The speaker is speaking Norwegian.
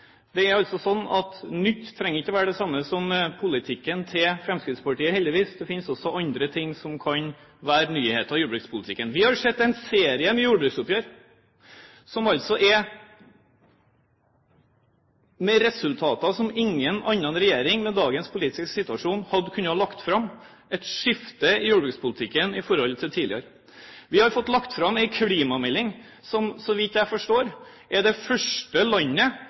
det er altså slik at nytt ikke trenger å være det samme som Fremskrittspartiets politikk – heldigvis. Det finnes også andre ting som kan være nyheter i jordbrukspolitikken. Vi har sett en serie med jordbruksoppgjør, med resultater som ingen annen regjering, i dagens politiske situasjon, hadde kunnet legge fram – et skifte i jordbrukspolitikken i forhold til tidligere. Vi har fått lagt fram en klimamelding, og Norge er, så vidt jeg forstår, det første landet